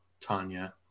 Tanya